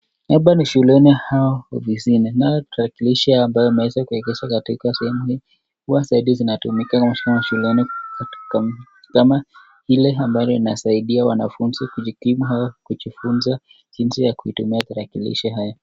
Hapa ni shuleni au ofisi, kunayo talakilishi ambayo imeweza kuekezwa katika sehemu hii, hua zaidi zinatumika katika mashuleni katika maktaba, ile ambayo inasaidia wanafunzi kujikimu, au kijifunza jinsi ya kutumia talakilishi haya.